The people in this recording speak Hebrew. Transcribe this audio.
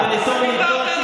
זה כל כך הפריע לך,